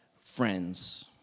friends